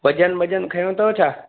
वज़न मजन खयों अथव छा